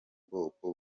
bwoko